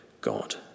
God